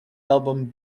album